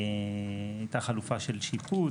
הייתה חלופה של שיפוץ,